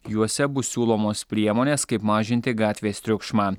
juose bus siūlomos priemonės kaip mažinti gatvės triukšmą